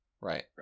Right